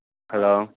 hello